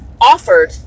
offered